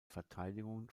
verteidigung